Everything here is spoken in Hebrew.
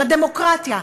לדמוקרטיה,